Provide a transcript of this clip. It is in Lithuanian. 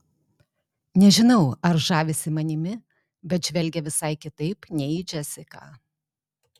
nežinau ar žavisi manimi bet žvelgia visai kitaip nei į džesiką